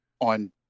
on